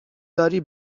داری